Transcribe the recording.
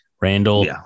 Randall